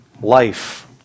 life